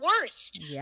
worst